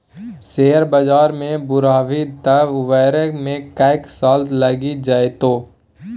share बजार मे बुरभी तँ उबरै मे कैक साल लगि जेतौ